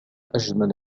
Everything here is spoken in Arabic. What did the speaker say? أجمل